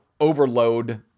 overload